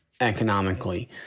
economically